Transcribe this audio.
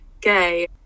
gay